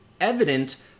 evident